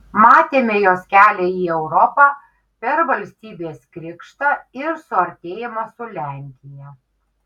matėme jos kelią į europą per valstybės krikštą ir suartėjimą su lenkija